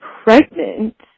pregnant